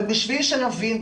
אבל בשביל שנבין,